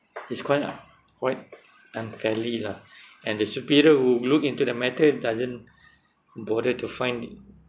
it's quite unfairly quite unfairly lah and the superior would look into the matter doesn't bother to find